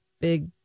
big